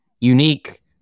unique